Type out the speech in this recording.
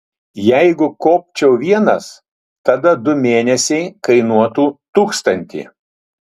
jeigu kopčiau vienas tada du mėnesiai kainuotų tūkstantį